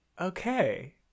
Okay